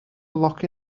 lock